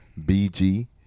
BG